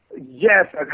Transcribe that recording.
Yes